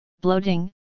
bloating